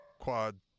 Quad